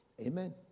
Amen